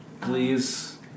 Please